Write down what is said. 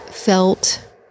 Felt